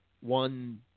one